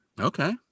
Okay